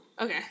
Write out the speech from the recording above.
Okay